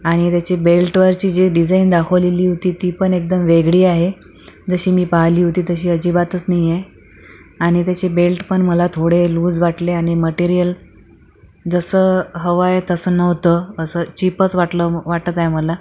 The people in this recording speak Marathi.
आणि त्याची बेल्टवरची जी डिझाईन दाखवलेली होती ती पण एकदम वेगळी आहे जशी मी पाहिली होती तशी अजिबातच नाही आहे आणि त्याचे बेल्ट पण मला थोडे लूज वाटले आणि मटेरिअल जसं हवंय तसं नव्हतं असं चीपच वाटलं वाटतंय मला